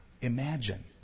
imagine